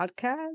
podcast